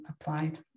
applied